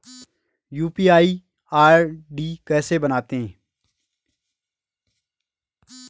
UPI ID कैसे बनाते हैं?